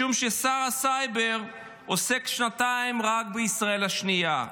משום ששר הסייבר עוסק שנתיים רק בישראל השנייה,